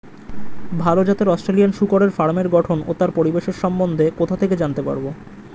ভাল জাতের অস্ট্রেলিয়ান শূকরের ফার্মের গঠন ও তার পরিবেশের সম্বন্ধে কোথা থেকে জানতে পারবো?